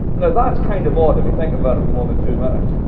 now, that's kind of odd if you think about it for more than two minutes.